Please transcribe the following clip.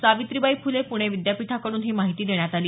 सावित्रीबाई फुले पुणे विद्यापीठाकडून ही माहिती देण्यात आली